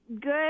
good